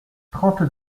trente